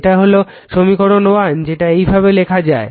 এটা হলো সমীকরণ 1 যেটা এইভাবে লেখা যায়